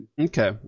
Okay